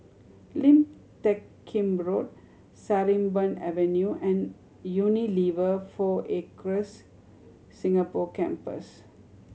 Lim Teck Kim Road Sarimbun Avenue and Unilever Four Acres Singapore Campus